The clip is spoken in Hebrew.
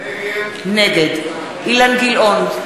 נגד אילן גילאון,